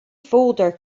folder